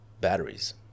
batteries